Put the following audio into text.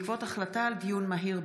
לפני שאנחנו מסיימים, הודעה למזכירת הכנסת.